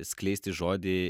skleisti žodį